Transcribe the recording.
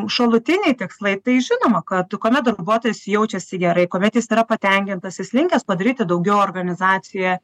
šalutiniai tikslai tai žinoma kad kuomet darbuotojas jaučiasi gerai kuome jis yra patenkintas jis linkęs padaryti daugiau organizacijoje